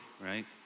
right